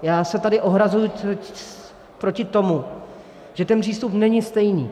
Já se tady ohrazuji proti tomu, že ten přístup není stejný.